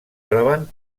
troben